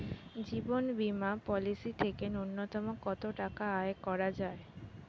জীবন বীমা পলিসি থেকে ন্যূনতম কত টাকা আয় করা যায়?